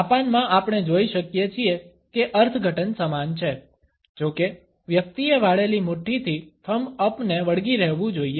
જાપાનમાં આપણે જોઇ શકીએ છીએ કે અર્થઘટન સમાન છે જો કે વ્યક્તિએ વાળેલી મુઠ્ઠીથી થમ્બ અપને વળગી રહેવુ જોઈએ